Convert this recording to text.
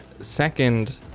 second